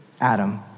Adam